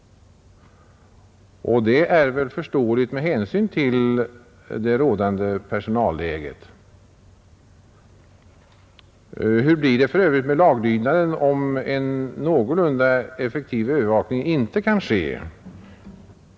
Det är väl förståeligt med hänsyn till det rådande personalläget. Hur blir det för övrigt med laglydnaden, om en någorlunda effektiv övervakning inte kan ske?